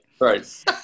right